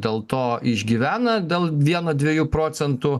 dėl to išgyvena dėl vieno dviejų procentų